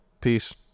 Peace